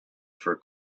for